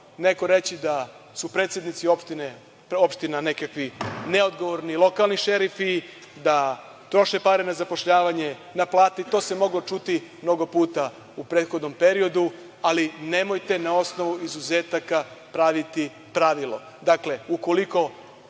neko reći da su predsednici opština nekakvi neodgovorni lokalni šerifi, da troše pare na zapošljavanje, na plate, i to se moglo čuti mnogo puta u prethodnom periodu, ali nemojte na osnovu izuzetaka praviti pravilo. Dakle, ukoliko